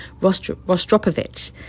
Rostropovich